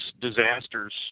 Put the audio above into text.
disasters